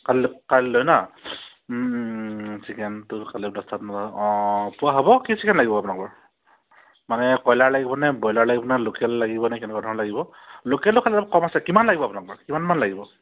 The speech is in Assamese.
কাইলৈ কাইলৈ ন চিকেনটো অঁ অঁ পোৱা হ'ব কি চিকেন লাগিব আপোনাক বাৰু মানে কয়লাৰ লাগিবনে ব্ৰইলাৰ লাগিব নে লোকেল লাগিব নে কেনেকুৱা ধৰণৰ লাগিব লোকেলতো খালী অলপ কম আছে কিমান লাগিব আপোনালৰ কিমানমান লাগিব